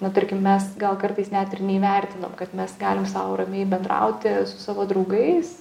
na tarkim mes gal kartais net ir neįvertinam kad mes galime sau ramiai bendrauti su savo draugais